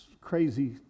crazy